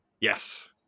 yes